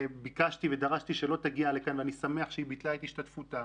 שביקשתי ודרשתי שלא תגיע לכאן ואני שמח שהיא ביטלה את השתתפותה